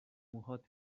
موهات